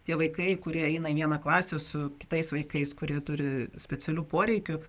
tie vaikai kurie eina į vieną klasę su kitais vaikais kurie turi specialių poreikių